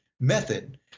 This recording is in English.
method